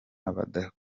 b’abakobwa